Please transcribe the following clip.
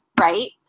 right